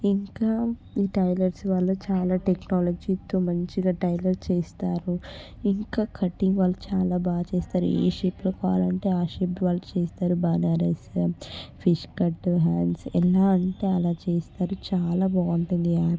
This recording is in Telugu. ఇంకా ఈ టైలర్స్ వాళ్ళు చాలా టెక్నాలజీతో మంచిగా టైలర్ చేస్తారు ఇంకా కటింగ్ వాళ్ళు చాలా బాగా చేస్తారు ఏ షేపులో కావాలంటే ఆ షేపులో వాళ్ళు చేస్తారు బనారస్ ఫిష్ కట్ హాండ్స్ ఎలా అంటే అలా చేస్తారు చాలా బాగుంటుంది